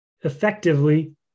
effectively